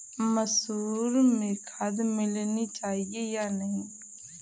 मसूर में खाद मिलनी चाहिए या नहीं?